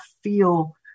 feel